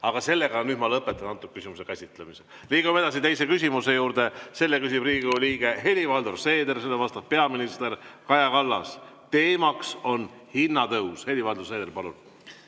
Aga sellega ma nüüd lõpetan selle küsimuse käsitlemise. Liigume edasi teise küsimuse juurde. Selle esitab Riigikogu liige Helir-Valdor Seeder, sellele vastab peaminister Kaja Kallas. Teemaks on hinnatõus. Helir-Valdor Seeder, palun!